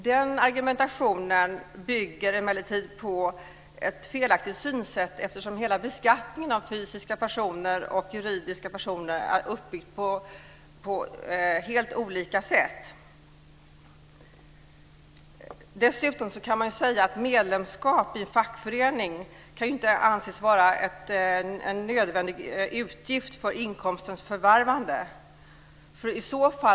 Den argumentationen bygger dock på ett felaktigt synsätt, eftersom hela beskattningen av fysiska och juridiska personer är uppbyggd på helt olika sätt. Dessutom kan sägas att medlemskap i fackförening inte kan anses vara en nödvändig utgift för inkomstens förvärvande.